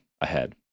ahead